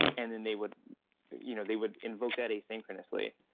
and then they would you know they would invoke that asynchronously,